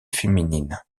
féminine